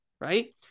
right